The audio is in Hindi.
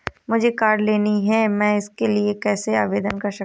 मुझे कार लेनी है मैं इसके लिए कैसे आवेदन कर सकता हूँ?